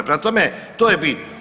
Prema tome, to je bitno.